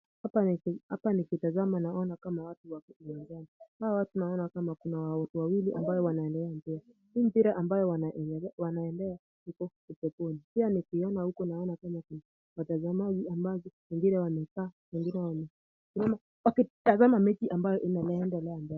Hapa nikitazama naona kama watu wako kiwanjani. Hawa watu naona kama kuna wawili ambao wanaendea mpira. Hii mpira ambayo wanaoendea iko upeponi. Pia nikiona huko naona kama kuna watazamaji ambao wengine wamekaa, wengine wame wamesimama wakitazama mechi ambayo inayoendelea mbele.